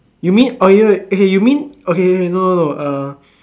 you mean okay you mean okay okay no no no uh